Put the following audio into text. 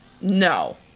no